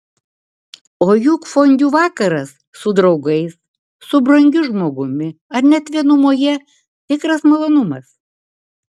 o juk fondiu vakaras su draugais su brangiu žmogumi ar net vienumoje tikras malonumas